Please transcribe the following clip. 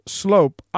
slope